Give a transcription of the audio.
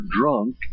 drunk